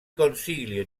consiglio